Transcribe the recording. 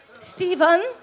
Stephen